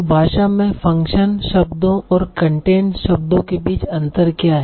तो भाषा में फ़ंक्शन शब्दों और कंटेंट शब्दों के बीच अंतर क्या हैं